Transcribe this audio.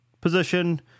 position